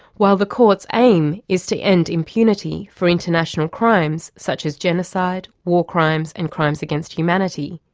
while the court's aim is to end impunity for international crimes such as genocide, war crimes and crimes against humanity,